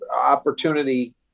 opportunity